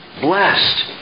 Blessed